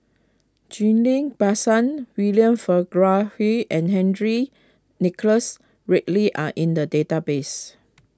Ghillie Basan William Farquhar and Henry Nicholas Ridley are in the database